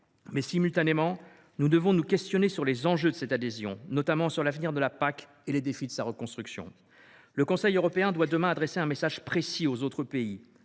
droit. Simultanément, nous devons nous questionner sur les enjeux de cette adhésion, notamment sur l’avenir de la politique agricole commune et sur les défis de la reconstruction. Le Conseil européen doit, demain, adresser un message précis aux autres pays